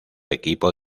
equipo